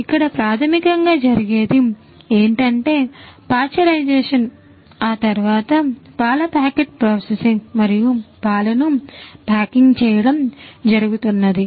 ఇక్కడ ప్రాథమికంగా జరిగేది ఏమిటంటే పాశ్చరైజేషన్ ఆ తర్వాత పాల ప్యాకెట్ ప్రాసెసింగ్ మరియు పాలను ప్యాకింగ్ చేయడం జరుగుతున్నది